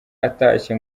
atashye